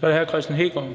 Kl. 20:13 Kristian Hegaard (RV):